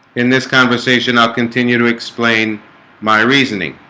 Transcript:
in this conversation i'll continue to explain my reasoning